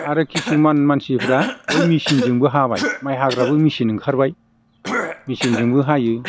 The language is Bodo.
आरो खिसुमान मानसिफ्रा बै मेसिनजोंबो हाबाय माइ हाग्राबो मेसिन ओंखारबाय मेसिनजोंबो हायो